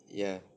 ya